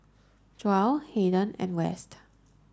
Joell Hayden and West